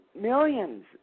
millions